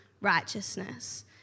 righteousness